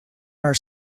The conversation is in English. are